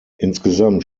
insgesamt